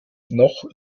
noch